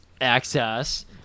access